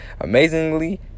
Amazingly